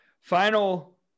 Final